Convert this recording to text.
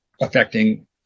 affecting